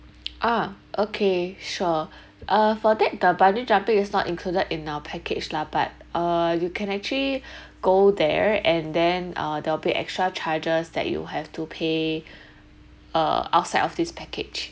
ah okay sure uh for that the bungee jumping is not included in our package lah but uh you can actually go there and then uh there will be extra charges that you have to pay uh outside of this package